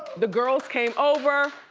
the girls came over.